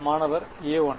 மாணவர் A1